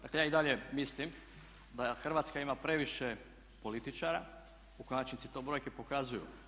Dakle ja i dalje mislim da Hrvatska ima previše političara, u konačnici to brojke pokazuju.